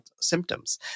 symptoms